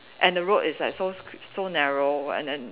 and road is like so so narrow and then